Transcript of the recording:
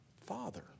Father